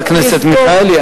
חברת הכנסת מיכאלי,